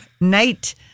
night